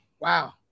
Wow